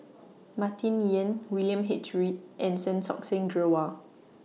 Martin Yan William H Read and Santokh Singh Grewal